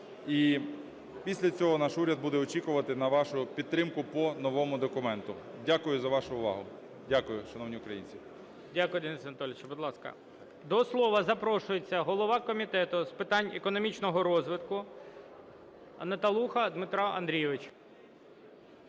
І після цього наш уряд буде очікувати на вашу підтримку по новому документу. Дякую за вашу увагу. Дякую, шановні українці! ГОЛОВУЮЧИЙ. Дякую, Денисе Анатолійовичу. Будь ласка, до слова запрошується голова Комітету з питань економічного розвитку Наталуха Дмитро Андрійович.